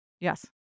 Yes